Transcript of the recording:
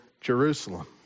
Jerusalem